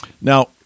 now